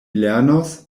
lernos